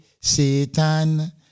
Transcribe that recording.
Satan